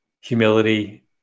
humility